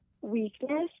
weakness